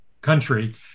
country